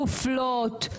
מופלות,